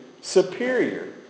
superior